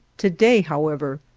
to-day, however,